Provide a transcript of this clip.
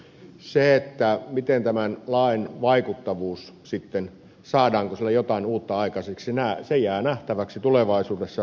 se mikä tämän lain vaikuttavuus sitten on saadaanko sillä jotain uutta aikaiseksi jää nähtäväksi tulevaisuudessa